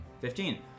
Fifteen